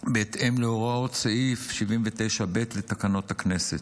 בהתאם להוראות סעיף 79(ב) לתקנון הכנסת.